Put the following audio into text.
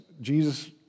Jesus